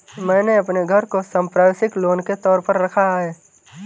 मैंने अपने घर को संपार्श्विक लोन के तौर पर रखा है